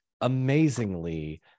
amazingly